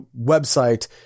website